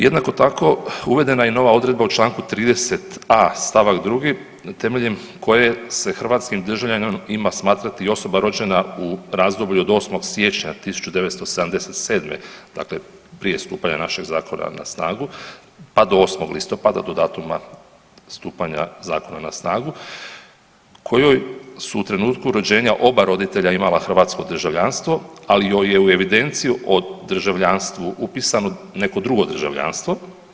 Jednako tako, uvedena je i nova odredba u čl. 30a st. 2. temeljem koje se hrvatskim državljaninom ima smatrati osoba rođena u razdoblju od 8.1.1977., dakle prije stupanja našeg Zakona na snagu pa do 8. listopada, do datuma stupanja Zakona na snagu, kojoj su u trenutku rođenja oba roditelja imala hrvatsko državljanstvo, ali joj je u evidenciju o državljanstvu upisano neko drugo državljanstvo.